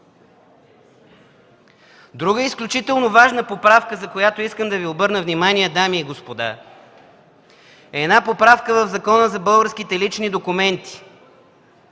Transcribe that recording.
Друга изключително важна поправка, върху която искам да Ви обърна внимание, дами и господа, е поправка в Закона за българските документи